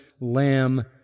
Lamb